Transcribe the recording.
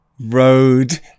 road